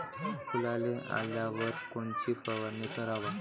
फुलाले आल्यावर कोनची फवारनी कराव?